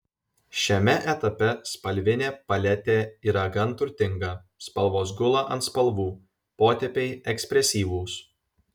šiame etape spalvinė paletė yra gan turtinga spalvos gula ant spalvų potėpiai ekspresyvūs